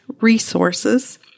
resources